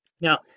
Now